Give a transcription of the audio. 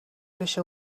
بشه